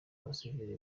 abasivile